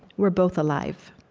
we're both alive.